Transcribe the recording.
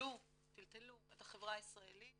וטלטלו את החברה הישראלית